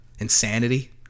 Insanity